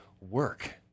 work